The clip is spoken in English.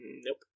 Nope